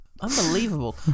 Unbelievable